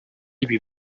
y’ibi